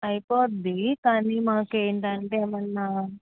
అయిపొద్ధి కాని మాకు ఏంటంటే ఏమన్నా